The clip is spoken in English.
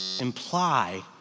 imply